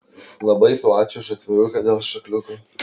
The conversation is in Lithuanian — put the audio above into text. labai tau ačiū už atviruką dėl šokliuko